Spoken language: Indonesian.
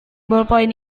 bolpoin